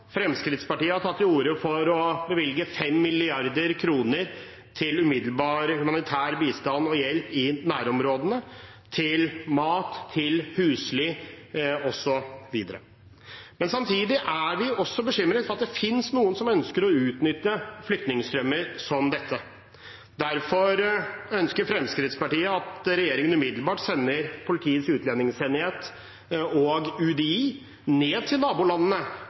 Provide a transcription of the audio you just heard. Fremskrittspartiet har tatt til orde for å bevilge 5 mrd. kr til umiddelbar humanitær bistand og hjelp i nærområdene, til mat, til husly og så videre. Samtidig er vi også bekymret for at det finnes noen som ønsker å utnytte flyktningstrømmer som dette. Derfor ønsker Fremskrittspartiet at regjeringen umiddelbart sender Politiets utlendingsenhet og UDI ned til nabolandene,